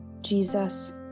Jesus